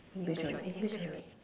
English only English only